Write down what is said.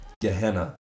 Gehenna